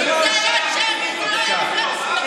חבר הכנסת שלמה קרעי, תודה רבה.